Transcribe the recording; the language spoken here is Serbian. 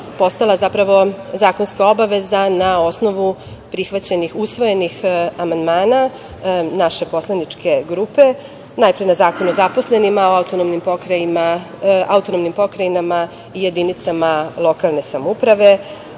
postala zapravo zakonska obaveza na osnovu prihvaćenih usvojenih amandmana naše poslaničke grupe, najpre na Zakon o zaposlenima, o autonomnim pokrajinama i jedinicama lokalne samouprave,